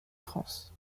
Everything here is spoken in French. france